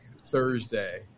thursday